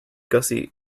gussie